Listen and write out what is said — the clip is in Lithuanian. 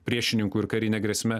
priešininku ir karine grėsme